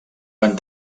van